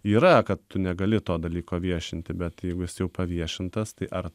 yra kad tu negali to dalyko viešinti bet jeigu esi jau paviešintas tai ar